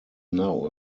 now